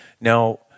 Now